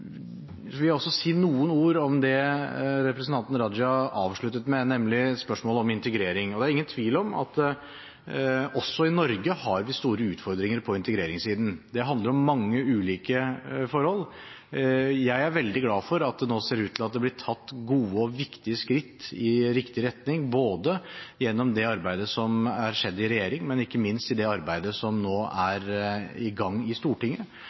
ingen tvil om at også i Norge har vi store utfordringer på integreringssiden. Det handler om mange ulike forhold. Jeg er veldig glad for at det nå ser ut til at det blir tatt gode og viktige skritt i riktig retning, både gjennom det arbeidet som har skjedd i regjering, og – ikke minst – gjennom det arbeidet som nå er i gang i Stortinget.